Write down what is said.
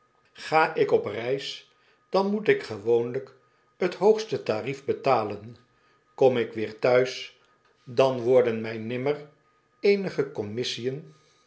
ga ik op reis dan moet ik gewoonlijk t hoogste tarief betalen kom ik weer thuis dan worden mij nimmer eenige commissiën